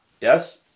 yes